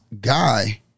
guy